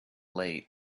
late